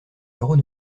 héros